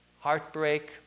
heartbreak